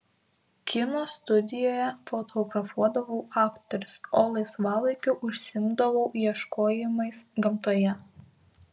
kino studijoje fotografuodavau aktorius o laisvalaikiu užsiimdavau ieškojimais gamtoje